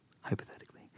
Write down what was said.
hypothetically